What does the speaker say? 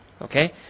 Okay